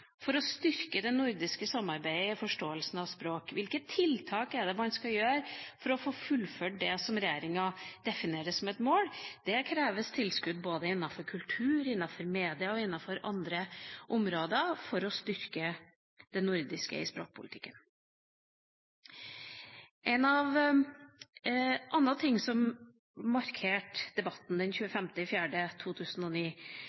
for å styrke det nordiske samarbeidet i forståelsen av språk? Hvilke tiltak er det man skal gjøre for å få fullført det som regjeringa definerer som et mål? Det kreves tilskudd både innenfor kultur, innenfor media og innenfor andre områder for å styrke det nordiske i språkpolitikken. En annen ting som markerte debatten den